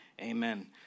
Amen